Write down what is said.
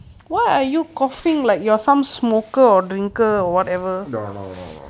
no no